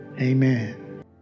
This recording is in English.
amen